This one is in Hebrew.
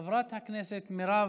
חברת הכנסת מרב מיכאלי,